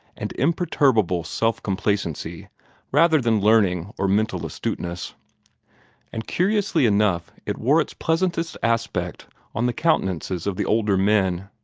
and imperturbable self-complacency rather than learning or mental astuteness and curiously enough it wore its pleasantest aspect on the countenances of the older men.